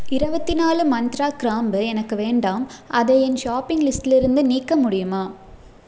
இருபத்தி நாலு மந்த்ரா கிராம்பு எனக்கு வேண்டாம் அதை என் ஷாப்பிங் லிஸ்டிலிருந்து நீக்க முடியுமா